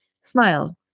smiled